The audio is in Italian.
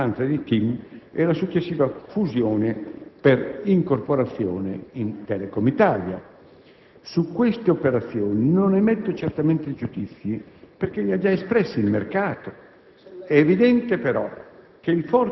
che per il successivo acquisto delle quote di minoranza di TIM e la successiva fusione, per incorporazione, in Telecom Italia. Su queste operazioni non emetto certamente giudizi, perché li ha già espressi il mercato.